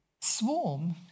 SWARM